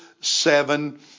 seven